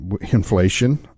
inflation